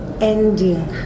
ending